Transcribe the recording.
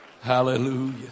Hallelujah